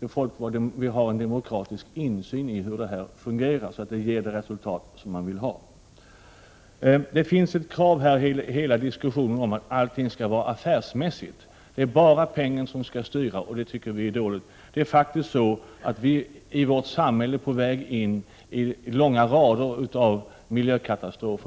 vi folkvalda har en demokratisk insyn i hur den offentliga sektorn fungerar så att den ger det resultat vi vill ha. Ett krav på att allting skall vara affärsmässigt har framförts i den här diskussionen. Det är bara pengarna som skall styra, och det tycker vi är dåligt. Vårt samhälle på väg in i en lång rad av miljökatastrofer.